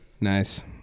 Nice